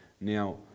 Now